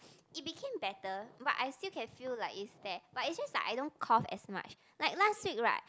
it became better but I still can feel like it's there but it's just that I don't cough as much like last week right